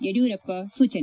ಯಡಿಯೂರಪ್ಪ ಸೂಚನೆ